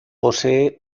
posee